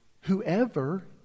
Whoever